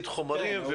חומרים,